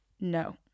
No